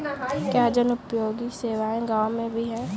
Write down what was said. क्या जनोपयोगी सेवा गाँव में भी है?